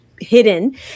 hidden